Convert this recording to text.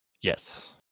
Yes